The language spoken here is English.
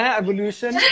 evolution